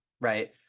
right